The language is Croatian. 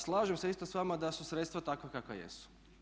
Slažem se isto s vama da su sredstva takva kakva jesu.